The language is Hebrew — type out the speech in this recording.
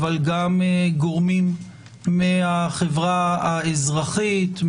אבל גם גורמים מהחברה האזרחית,